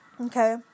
okay